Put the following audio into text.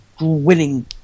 winning